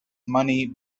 money